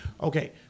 Okay